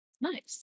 nice